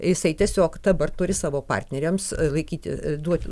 jisai tiesiog dabar turi savo partneriams laikyti duot